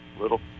little